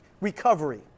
recovery